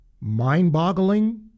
mind-boggling